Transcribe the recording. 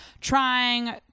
trying